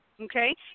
Okay